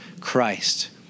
Christ